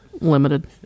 limited